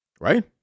right